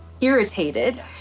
irritated